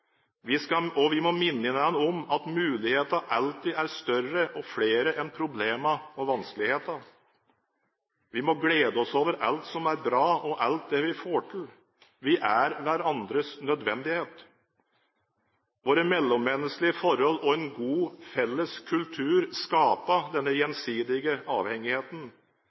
Vi må minne hverandre om at mulighetene alltid er større og flere enn problemene og vanskelighetene. Vi må glede oss over alt som er bra, og alt det vi får til. Vi er hverandres nødvendighet. Våre mellommenneskelige forhold og en god felles kultur skaper denne gjensidige avhengigheten.